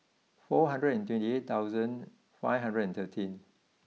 four hundred and twenty eight thousand five hundred and thirteen